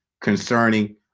concerning